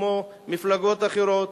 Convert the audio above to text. כמו מפלגות אחרות,